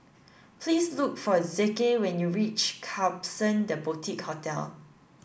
please look for Zeke when you reach Klapson The Boutique Hotel